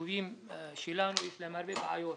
היישובים שלנו, יש להם הרבה בעיות,